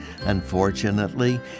Unfortunately